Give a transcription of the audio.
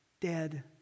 dead